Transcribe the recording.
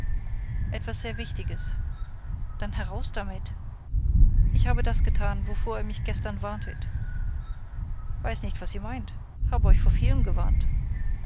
etwas sehr wichtiges dann heraus damit ich habe das getan wovor ihr mich gestern warntet weiß nicht was ihr meint habe euch vor vielem gewarnt